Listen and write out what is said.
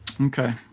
Okay